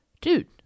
dude